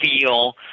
feel